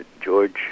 george